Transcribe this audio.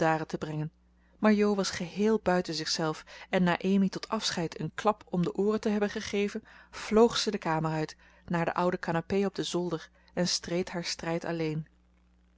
te brengen maar jo was geheel buiten zichzelf en na amy tot afscheid een klap om de ooren te hebben gegeven vloog ze de kamer uit naar de oude canapé op den zolder en streed haar strijd alleen